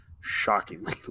shockingly